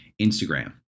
Instagram